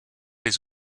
les